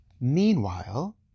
Meanwhile